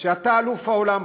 אתה אלוף העולם,